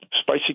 spicy